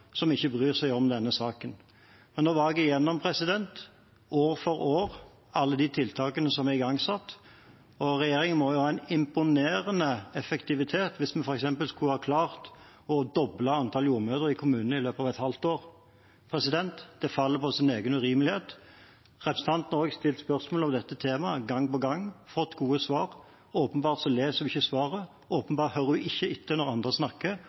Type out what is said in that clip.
som ikke bryr seg om denne saken. Jeg var nå gjennom, år for år, alle de tiltakene som er igangsatt. Regjeringen må ha en imponerende effektivitet hvis vi f.eks. skulle ha klart å doble antall jordmødre i kommunene i løpet av et halvt år. Det faller på sin egen urimelighet. Representanten har stilt spørsmål om dette temaet gang på gang og fått gode svar. Åpenbart leser hun ikke svaret, åpenbart hører hun ikke etter når andre snakker,